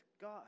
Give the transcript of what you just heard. God